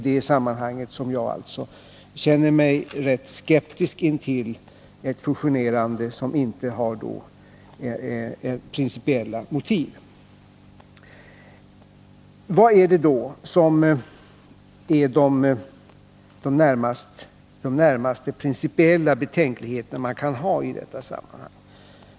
Jag känner mig alltså i detta sammanhang rätt skeptisk inför ett fusionerande som inte har principiella motiv. Vilka är då de närmaste principiella betänkligheter som man kan ha i detta sammanhang?